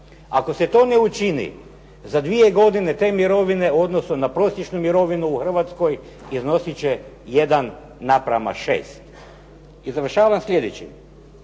Ako se to ne učini za dvije godine te mirovine u odnosu na prosječnu mirovinu u Hrvatskoj iznositi će 1:6. I završavam sljedećim.